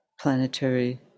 planetary